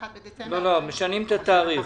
בדצמבר 2020)". כאן אנחנו משנים את התאריך.